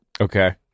Okay